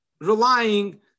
relying